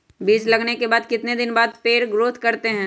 बीज लगाने के बाद कितने दिन बाद पर पेड़ ग्रोथ करते हैं?